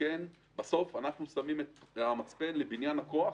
שכן בסוף אנחנו שמים את המצפן לבניין הכוח